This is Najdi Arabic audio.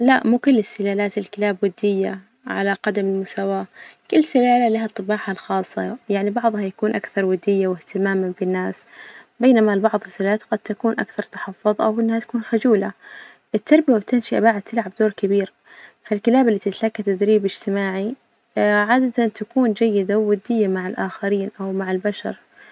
لا مو كل السلالات الكلاب ودية على قدم المساواة، كل سلالة لها طباعها الخاصة، يعني بعضها يكون أكثر ودية وإهتماما بالناس، بينما البعض السلالات قد تكون أكثر تحفظ أو إنها تكون خجولة، التربية والتنشئة بعد تلعب دور كبير، فالكلاب اللي تتلجى تدريب إجتماعي عادة تكون جيدة وودية مع الآخرين أو مع البشر.